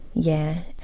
yeah,